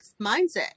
mindset